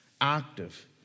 Active